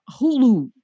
Hulu